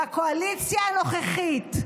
בקואליציה הנוכחית,